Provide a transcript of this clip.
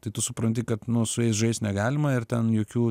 tai tu supranti kad nu su jais žaist negalima ir ten jokių